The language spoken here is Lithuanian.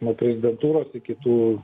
nuo prezidentūros iki tų